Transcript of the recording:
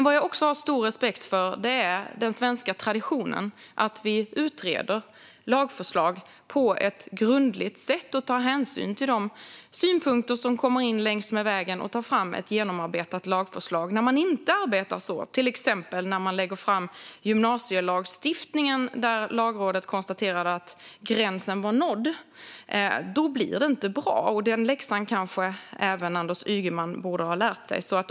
Vad jag också har stor respekt för är den svenska traditionen att vi utreder lagförslag på ett grundligt sätt, tar hänsyn till de synpunkter som kommer in längs med vägen och lägger fram genomarbetade lagförslag. När man inte arbetar så blir det inte bra. Ett exempel var när man lade fram gymnasielagstiftningen och Lagrådet konstaterade att gränsen var nådd. Den läxan kanske även Anders Ygeman borde ha lärt sig.